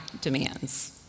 demands